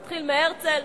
נתחיל מהרצל?